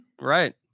right